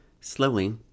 Slowly